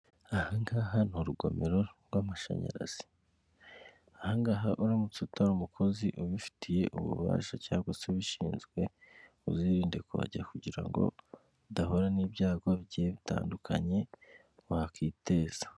Ahaha ni urugomero rw'amashanyarazi, ahangahangaha uramutse utari umukozi ubifitiye ububasha cyangwa se ubishinzwe uzirinde kuhajya kugira ngo udahu n'ibyago bigiye bitandukanye wakwiteza.